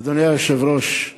אדוני היושב-ראש,